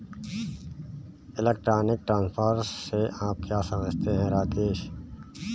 Electronic transfer से आप क्या समझते हैं, राकेश?